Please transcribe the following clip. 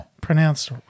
pronounced